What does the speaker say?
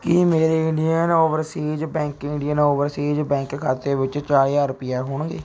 ਕੀ ਮੇਰੇ Indian Overseas Bank Indian Overseas Bank ਖਾਤੇ ਵਿੱਚ ਚਾਰ ਹਜ਼ਾਰ ਰੁਪਈਆ ਹੋਣਗੇ